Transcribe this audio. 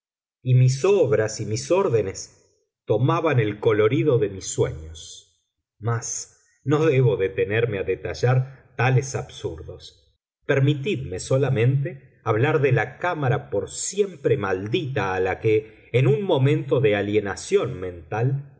y mis obras y mis órdenes tomaban el colorido de mis sueños mas no debo detenerme a detallar tales absurdos permitidme solamente hablar de la cámara por siempre maldita a la que en un momento de alienación mental